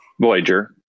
Voyager